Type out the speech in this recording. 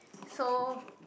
so